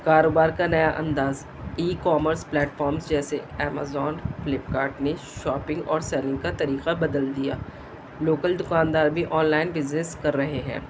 کاروبار کا نیا انداز ای کامرس پلیٹفارمس جیسے امیزون فلپ کارٹ نے شاپنگ اور سیلنگ کا طریقہ بدل دیا لوکل دکاندار بھی آن لائن بزنس کر رہے ہیں